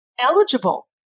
eligible